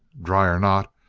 dry or not,